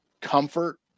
comfort